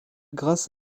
grâce